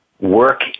work